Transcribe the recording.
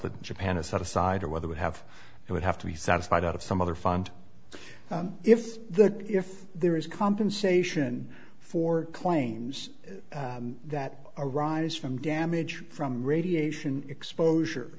that japan is set aside or whether we have it would have to be satisfied out of some other fund if the if there is compensation for claims that arise from damage from radiation exposure